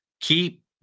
keep